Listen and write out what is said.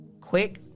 quick